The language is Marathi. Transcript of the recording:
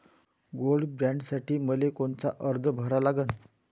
गोल्ड बॉण्डसाठी मले कोनचा अर्ज भरा लागन?